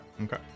okay